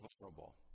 vulnerable